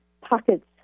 pockets